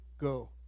go